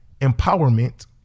empowerment